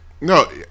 No